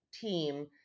team